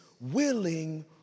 willing